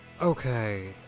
Okay